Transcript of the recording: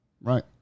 Right